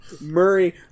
Murray